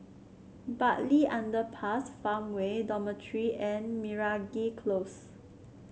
Bartley Underpass Farmway Dormitory and Meragi Close